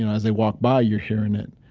as they walk by, you're hearing it.